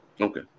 okay